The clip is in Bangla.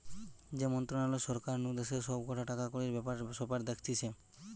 যে মন্ত্রণালয় সরকার নু দেশের সব কটা টাকাকড়ির ব্যাপার স্যাপার দেখতিছে